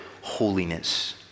holiness